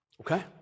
Okay